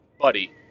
buddy